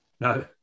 No